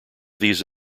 these